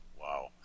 Wow